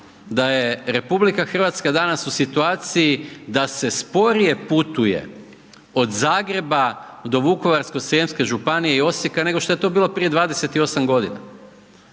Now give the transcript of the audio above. da je RH danas u situaciji da se sporije putuje od Zagreba do Vukovarsko srijemske županije i Osijeka nego što je to bilo prije 28 g.?